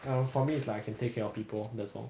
well for me it's like I can take care of people that's all